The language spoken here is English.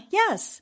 yes